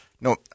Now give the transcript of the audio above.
no